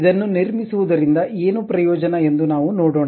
ಇದನ್ನು ನಿರ್ಮಿಸುವುದರಿಂದ ಏನು ಪ್ರಯೋಜನ ಎಂದು ನಾವು ನೋಡೋಣ